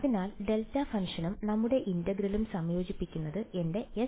അതിനാൽ ഡെൽറ്റ ഫംഗ്ഷനും നമ്മുടെ ഇന്റഗ്രലും സംയോജിപ്പിക്കുന്നത് എന്റെ Sε